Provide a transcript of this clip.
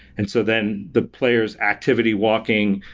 and so, then the players activity, walking,